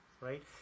right